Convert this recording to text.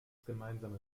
gemeinsame